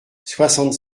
soixante